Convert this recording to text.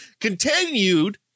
continued